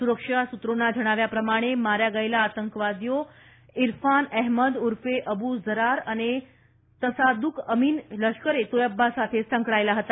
સુરક્ષા સૂત્રોના જણાવ્યા પ્રમાણે માર્યા ગયેલા આતંકવાદીઓ ઇરફાન અહેમદ ઉર્ફે અબ્રુ ઝરાર અને તસાદ્રક અમીન લશ્કરે તોયબા સાથે સંકળાયેલા હતા